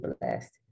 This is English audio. blessed